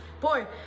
boy